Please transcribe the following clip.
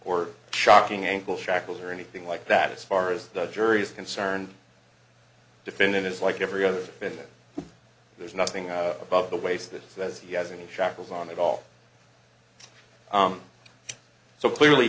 or shocking ankle shackles or anything like that as far as the jury is concerned defendant is like every other minute there's nothing above the waist that says he has any shackles on at all so clearly